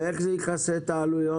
ואיך זה יכסה את העלויות?